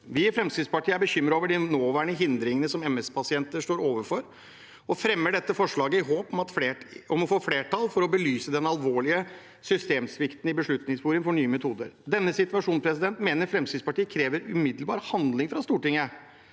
Vi i Fremskrittspartiet er bekymret over de nåværende hindringene som MS-pasienter står overfor, og fremmer dette forslaget i håp om å få flertall for å belyse den alvorlige systemsvikten i Beslutningsforum for nye metoder. Denne situasjonen mener Fremskrittspartiet krever umiddelbar handling fra Stortinget.